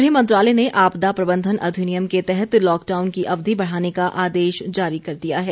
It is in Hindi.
गृह मंत्रालय ने आपदा प्रबंधन अधिनियम के तहत लॉकडाउन की अवधि बढाने का आदेश जारी कर दिया है